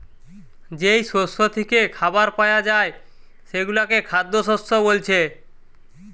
যেই শস্য থিকে খাবার পায়া যায় সেগুলো খাদ্যশস্য বোলছে